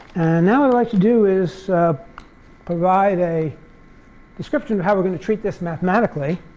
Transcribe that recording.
now what i'd like to do is provide a description of how we're going to treat this mathematically.